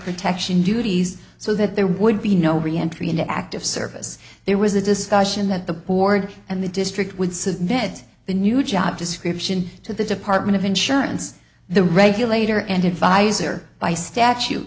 protection duties so that there would be no re entry into active service there was a discussion that the board and the district would submit the new job description to the department of insurance the regulator and advisor by statu